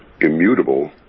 immutable